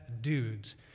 dudes